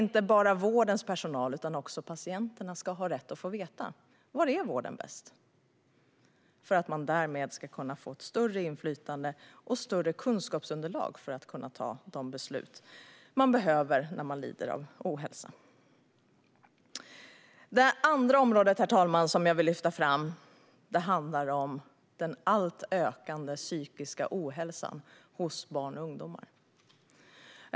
Inte bara vårdens personal utan även patienterna ska ha rätt att få veta var vården är bäst. Därmed får man större inflytande och bättre kunskapsunderlag för att kunna ta de beslut man behöver ta när man lider av ohälsa. Herr talman! Det andra området som jag vill lyfta fram handlar om den ökande psykiska ohälsan hos barn och ungdomar.